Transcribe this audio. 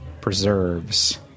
preserves